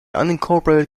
unincorporated